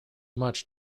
much